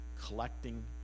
collecting